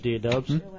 Dubs